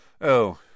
Oh